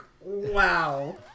wow